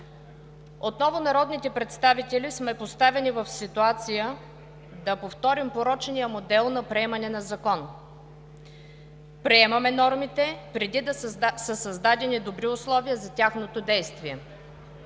Отново народните представители сме поставени в ситуация да повторим порочния модел на приемане на Закон. Приемаме нормите преди да са създадени добри условия за тяхното действие.